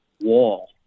wall